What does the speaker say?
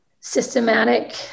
systematic